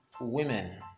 women